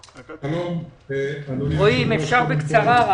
אם אפשר בקצרה.